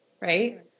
Right